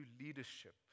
leadership